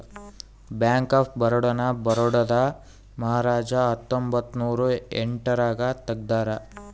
bank of Baroda ನ ಬರೋಡಾದ ಮಹಾರಾಜ ಹತ್ತೊಂಬತ್ತ ನೂರ ಎಂಟ್ ರಾಗ ತೆಗ್ದಾರ